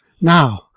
Now